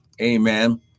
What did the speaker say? Amen